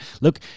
Look